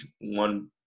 one